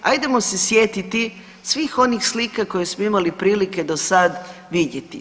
Hajdemo se sjetiti svih onih slika koje smo imali prilike do sad vidjeti.